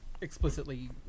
explicitly